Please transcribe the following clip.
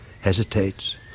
hesitates